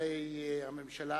שרי הממשלה